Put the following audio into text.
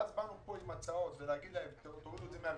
ואז באנו לפה עם הצעות ולהגיד להם שיורידו את זה מהבינוי,